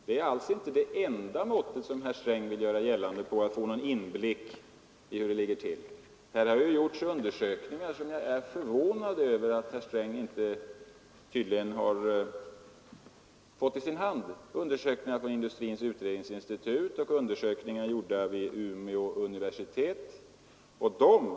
Det är alls inte det enda måttet — som herr Sträng vill påstå — för att få inblick i hur det ligger till. Här har gjorts undersökningar, som jag är förvånad över att herr Sträng tydligen inte har fått i sin hand, undersökningar av Industrins utredningsinstitut och undersökningar gjorda vid Umeå universitet.